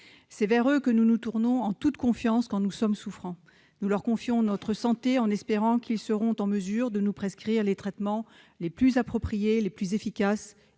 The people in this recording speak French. C'est vers eux que nous nous tournons en toute confiance quand nous sommes souffrants. Nous leur confions notre santé, en espérant qu'ils seront en mesure de nous prescrire les traitements les plus appropriés, les plus efficaces